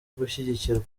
gushyigikirwa